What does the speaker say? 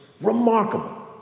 Remarkable